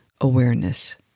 awareness